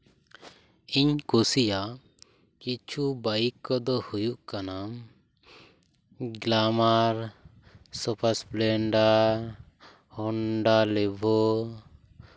ᱤᱧ ᱠᱩᱥᱤᱭᱟᱜ ᱠᱤᱪᱷᱩ ᱵᱟᱭᱤᱠ ᱠᱚᱫᱚ ᱦᱩᱭᱩᱜ ᱠᱟᱱᱟ Glamour Super Splendor Honda Livo